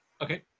Okay